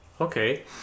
okay